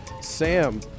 Sam